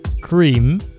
Cream